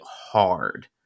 hard